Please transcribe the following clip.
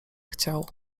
chciał